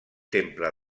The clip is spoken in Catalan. temple